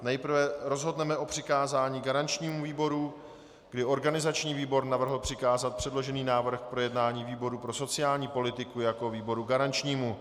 Nejprve rozhodneme o přikázání garančnímu výboru, kdy organizační výbor navrhl přikázat předložený návrh k projednání výboru pro sociální politiku jako výboru garančnímu.